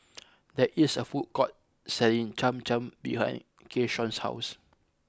there is a food court selling Cham Cham behind Keyshawn's house